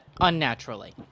unnaturally